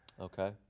Okay